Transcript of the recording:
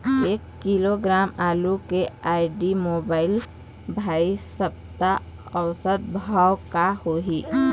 एक किलोग्राम आलू के आईडी, मोबाइल, भाई सप्ता औसत भाव का होही?